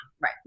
Right